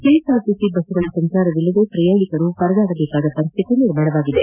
KSRTC ಬಸ್ಗಳ ಸಂಚಾರವಿಲ್ಲದೆ ಪ್ರಯಾಣಿಕರು ಪರದಾಡುವ ಪರಿಸ್ವಿತಿ ನಿರ್ಮಾಣವಾಗಿತ್ತು